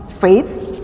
faith